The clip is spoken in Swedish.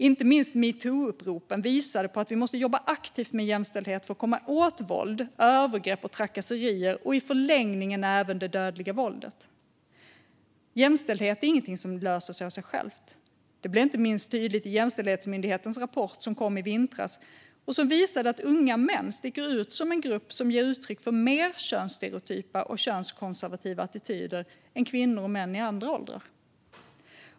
Inte minst metoo-uppropen visade på att vi måste jobba aktivt med jämställdhet för att komma åt våld, övergrepp och trakasserier och i förlängningen även det dödliga våldet. Jämställdhet är ingenting som löser sig av sig självt. Det blir inte minst tydligt i Jämställdhetsmyndighetens rapport som kom i vintras och som visade att unga män sticker ut som en grupp som ger uttryck för mer könsstereotypa och könskonservativa attityder än kvinnor och män i andra åldrar.